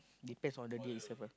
depends on the day itself ah